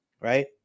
Right